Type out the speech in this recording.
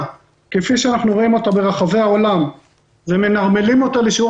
כפי שאנחנו רואים אותו ברחבי העולם ומנרמלים אותו לשיעור